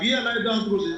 מגיע לעדה הדרוזית.